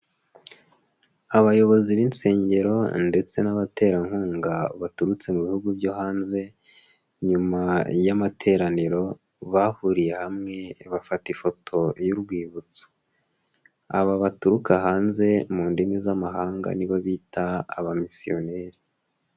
Abayobozi b'insengero ndetse n'abaterankunga baturutse mu bihugu byo hanze nyuma y'amateraniro bahuriye hamwe bafata ifoto y'urwibutso, aba baturuka hanze mu ndimi z'amahanga nibo bita abamisiyoneri.